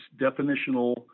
definitional